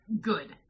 good